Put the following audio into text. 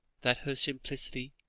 that her simplicity,